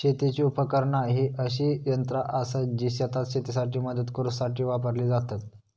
शेतीची उपकरणा ही अशी यंत्रा आसत जी शेतात शेतीसाठी मदत करूसाठी वापरली जातत